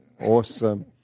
Awesome